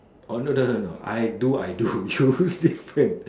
oh no no no I do I do you different